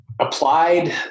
Applied